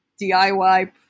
DIY